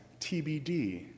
TBD